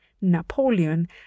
Napoleon